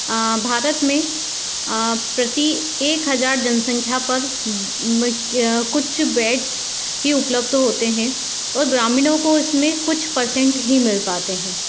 भारत में प्रति एक हज़ार जनसंख्या पर कुछ बेड्स ही उपलब्ध होते हैं और ग्रामीणों को इसमें कुछ परसेंट ही मिल पाते हैं